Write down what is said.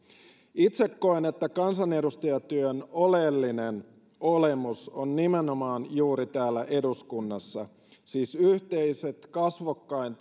itse koen että kansanedustajatyön oleellinen olemus on nimenomaan juuri täällä eduskunnassa siis yhteiset kasvokkain